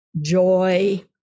joy